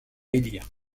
élire